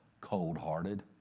cold-hearted